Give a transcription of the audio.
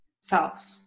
self